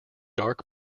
dark